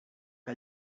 que